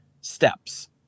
steps